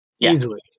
easily